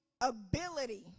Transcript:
ability